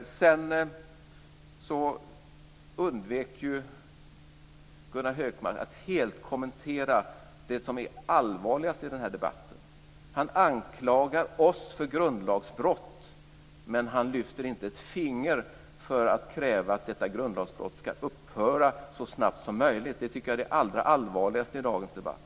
Gunnar Hökmark undvek helt att kommentera det som är allvarligast i den här debatten. Han anklagar oss för grundlagsbrott, men han lyfter inte ett finger för att kräva att detta grundlagsbrott ska upphöra så snabbt som möjligt. Det tycker jag är det allra allvarligaste i dagens debatt.